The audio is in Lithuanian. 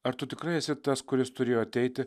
ar tu tikrai esi tas kuris turėjo ateiti